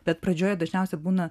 bet pradžioje dažniausiai būna